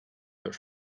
but